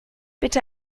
bitte